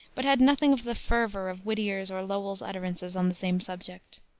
but had nothing of the fervor of whittier's or lowell's utterances on the same subject.